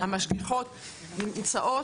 המשגיחות נמצאות,